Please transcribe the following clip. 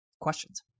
questions